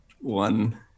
one